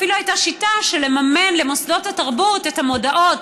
ואפילו הייתה שיטה של לממן למוסדות התרבות את המודעות